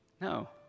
No